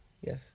yes